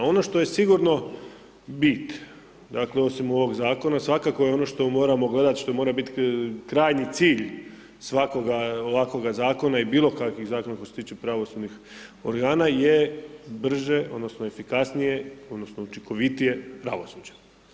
Ono što je sigurno bit, osim ovog zakona, svakako je ono što moramo gledat, što mora biti krajnji cilj svakoga ovakvoga zakona i bilo kakvih zakona koji se tiče pravosudnih organa je brže, odnosno efikasnije, odnosno učinkovitije pravosuđe.